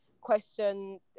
question